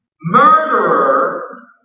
Murderer